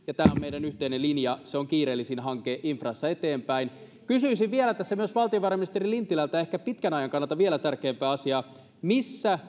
ja tämä on meidän yhteinen linjamme se on kiireellisin hanke infrassa eteenpäin kysyisin tässä myös valtiovarainministeri lintilältä ehkä pitkän ajan kannalta vielä tärkeämpää asiaa missä